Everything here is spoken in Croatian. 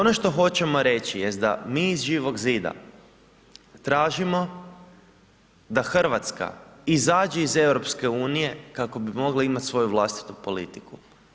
Ono što hoćemo reći jest da mi iz Živog zida tražimo da Hrvatska izađe iz EU-a kako bi mogli imat svoju vlastitu politiku.